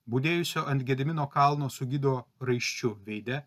budėjusio ant gedimino kalno su gido raiščiu veide